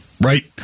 Right